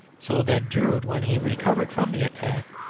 so that drood, when he recovered from the attack,